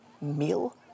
meal